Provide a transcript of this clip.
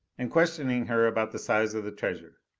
and questioning her about the size of the treasure.